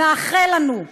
מאחל לנו.